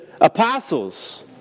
apostles